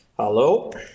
Hello